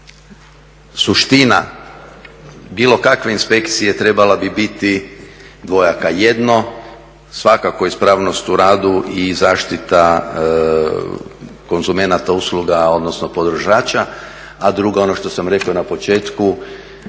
suština bilo kakve inspekcije trebala bi biti dvojaka jedno, svakako ispravnost u radu i zaštita konzumenata usluga, odnosno podržača, a drugo ono što sam rekao na početku,